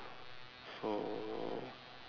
so